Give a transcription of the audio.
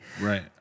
Right